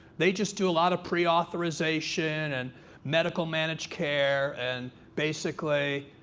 they just do a lot of pre-authorization and medical-managed care. and basically,